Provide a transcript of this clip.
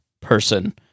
person